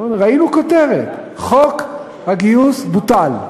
אמרו לי: ראינו כותרת, "חוק הגיוס בוטל"